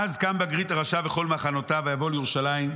"אז קם בגריס הרשע וכל מחנותיו לבוא לירושלים,